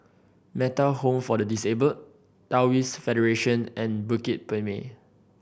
Metta Home for the Disabled Taoist Federation and Bukit Purmei